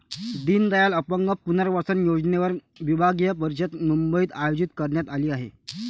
दीनदयाल अपंग पुनर्वसन योजनेवर विभागीय परिषद मुंबईत आयोजित करण्यात आली आहे